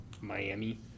Miami